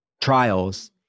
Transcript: trials